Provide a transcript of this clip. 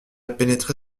pénétré